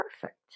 perfect